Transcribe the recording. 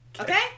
Okay